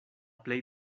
plej